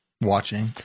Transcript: watching